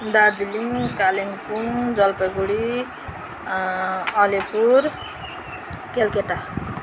Darjeeling Kalimpong Jalpaiguri Alipur Calcutta